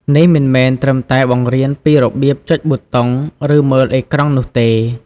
នេះមិនមែនត្រឹមតែបង្រៀនពីរបៀបចុចប៊ូតុង ឬមើលអេក្រង់នោះទេ។